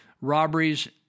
robberies